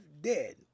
dead